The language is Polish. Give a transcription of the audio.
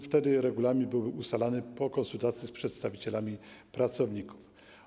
Wtedy regulamin będzie ustalany po konsultacji z przedstawicielami pracowników.